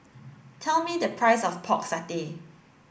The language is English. tell me the price of pork satay